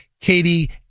Katie